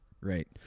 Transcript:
right